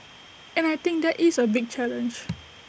and I think that is A big challenge